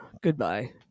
goodbye